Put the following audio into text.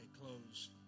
close